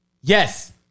Yes